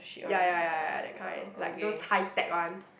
ya ya ya ya that kind like those high-tech one